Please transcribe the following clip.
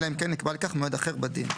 אלא אם כן נקבע לכך מועד אחר בדין.